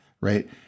right